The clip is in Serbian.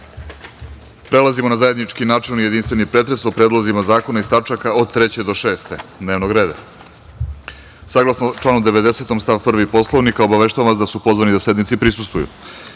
radom. Prelazimo na zajednički načelni i jedinstveni pretres o predlozima zakona iz tačaka od 3. do 6. dnevnog reda. Saglasno članu 90. stav 1. Poslovnika obaveštavam vas da su pozvani da sednici prisustvuju: